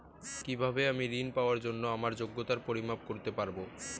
কিভাবে আমি ঋন পাওয়ার জন্য আমার যোগ্যতার পরিমাপ করতে পারব?